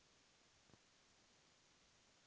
अगर समय समय पर न कर सकील त कि हुई?